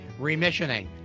Remissioning